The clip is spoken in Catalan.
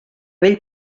vell